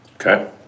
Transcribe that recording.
okay